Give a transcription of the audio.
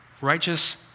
righteous